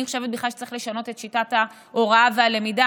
אני חושבת שבכלל צריך לשנות את שיטת ההוראה והלמידה,